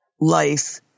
life